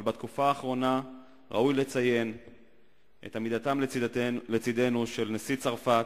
אבל בתקופה האחרונה ראוי לציין את עמידתם לצדנו של נשיא צרפת,